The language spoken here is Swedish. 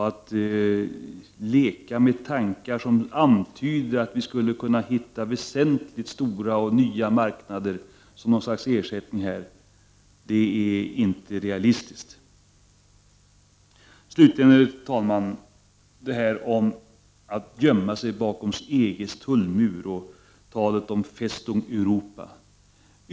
Att leka med tankar som antyder att vi skulle kunna hitta mycket stora och nya marknader som något slags ersättning är inte realistiskt. Slutligen, herr talman, något om talet att gömma sig bakom EG:s tullmur och om talet om ”Festung Europa”.